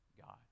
God